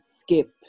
Skip